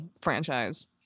franchise